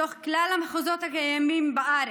מתוך כלל המחוזות הקיימים בארץ,